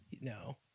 no